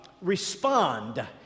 respond